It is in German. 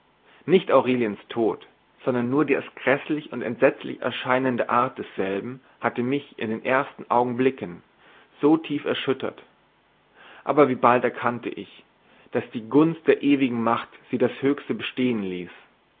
nicht aureliens tod sondern nur die als gräßlich und entsetzlich erscheinende art desselben hatte mich in den ersten augenblicken so tief erschüttert aber wie bald erkannte ich daß die gunst der ewigen macht sie das höchste bestehen ließ